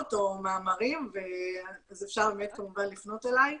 או מאמרים אז אפשר באמת לפנות אליי.